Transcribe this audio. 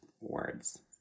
words